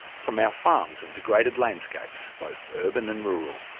from our farms and degraded landscapes, both urban and rural.